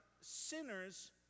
sinners